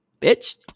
bitch